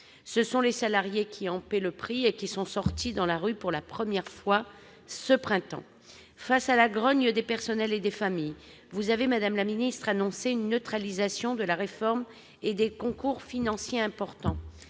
Ce sont les salariés qui en paient le prix. Ils sont descendus dans la rue pour la première fois ce printemps. Devant la grogne du personnel et des familles, vous avez, madame la ministre, annoncé une neutralisation de la réforme et des concours financiers importants.